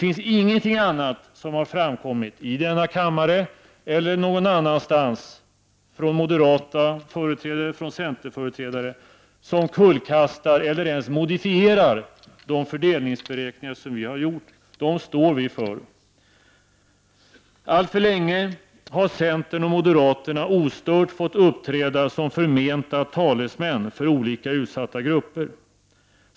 Ingenting annat har framkommit i denna kammare eller någon annanstans från moderata företrädare eller från centerns företrädare som kullkastar eller ens modifierar de fördelningsberäkningar som vi har gjort. Dessa står vi för. Alltför länge har centern och moderaterna ostört fått uppträda som förmenta talesmän för olika utsatta grupper.